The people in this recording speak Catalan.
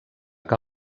que